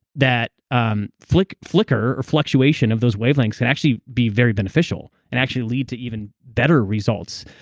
that um flicker flicker or fluctuation of those wavelengths can actually be very beneficial and actually lead to even better results.